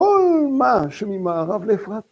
‫כל מה שממערב לאפרת.